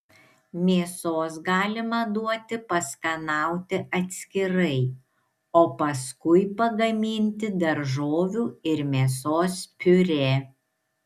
mėsos galima duoti paskanauti atskirai o paskui pagaminti daržovių ir mėsos piurė